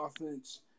offense